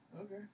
Okay